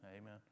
amen